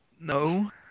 No